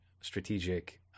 strategic –